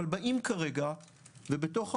אבל באים כרגע ובתוך המודל,